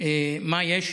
מה יש.